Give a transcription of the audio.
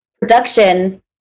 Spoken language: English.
production